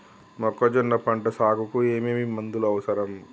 మొక్కజొన్న పంట సాగుకు ఏమేమి మందులు అవసరం?